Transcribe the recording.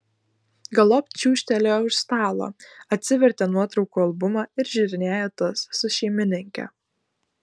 galop čiūžtelėjo už stalo atsivertė nuotraukų albumą ir žiūrinėja tas su šeimininke